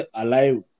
alive